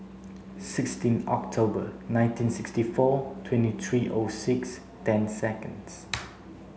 sixteen October nineteen sixty four twenty three O six ten seconds